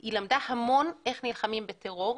היא למדה המון איך נלחמים בטרור.